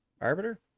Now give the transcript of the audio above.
arbiter